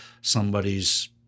somebody's